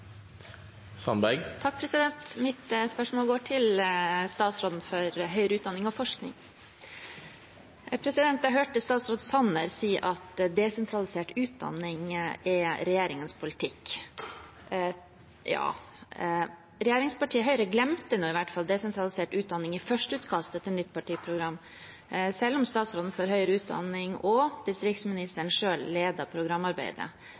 Mitt spørsmål går til statsråden for høyere utdanning og forskning. Jeg hørte statsråd Sanner si at desentralisert utdanning er regjeringens politikk. Ja – regjeringspartiet Høyre glemte i hvert fall desentralisert utdanning i førsteutkastet til nytt partiprogram, selv om statsråden for høyere utdanning og distriktsministeren selv ledet programarbeidet.